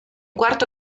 quarto